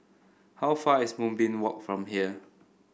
how far is Moonbeam Walk from here